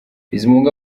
bizimungu